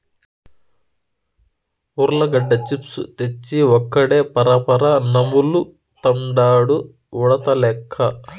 ఉర్లగడ్డ చిప్స్ తెచ్చి ఒక్కడే పరపరా నములుతండాడు ఉడతలెక్క